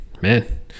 man